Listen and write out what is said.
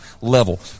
level